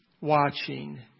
watching